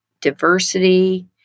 diversity